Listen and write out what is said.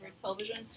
television